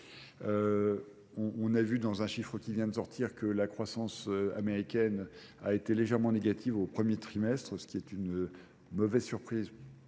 On a vu dans un chiffre qui vient de sortir que la croissance américaine a été légèrement négative au premier trimestre, ce qui est une mauvaise surprise